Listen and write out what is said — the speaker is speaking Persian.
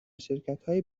شرکتهای